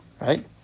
Right